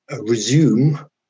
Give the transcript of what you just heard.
resume